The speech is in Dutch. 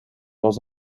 was